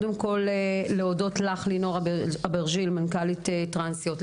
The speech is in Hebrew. אני רוצה להודות לך לינור אברג'ל מנכ"לית טרנסיות,